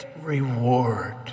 reward